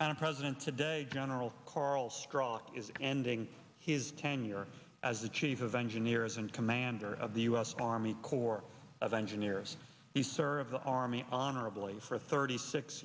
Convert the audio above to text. and a president today general carl strock is ending his tenure as the chief of engineers and commander of the us army corps of engineers you serve the army honorably for thirty six